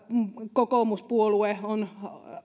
kokoomuspuolue on